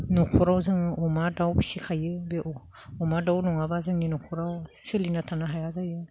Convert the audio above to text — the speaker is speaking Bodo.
न'खराव जों अमा दाउ फिसिखायो बे अमा दाउ नङाबा जोंनि न'खराव सोलिना थानो हाया जायो